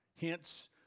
hence